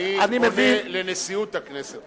אני פונה אל נשיאות הכנסת,